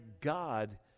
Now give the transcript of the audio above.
God